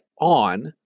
on